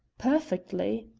perfectly.